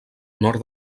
nord